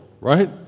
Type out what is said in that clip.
Right